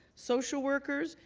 social workers,